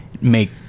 make